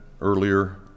earlier